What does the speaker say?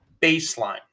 baseline